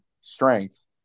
strength